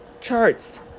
charts